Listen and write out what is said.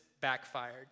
backfired